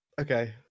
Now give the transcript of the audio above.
Okay